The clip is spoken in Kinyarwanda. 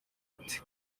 ati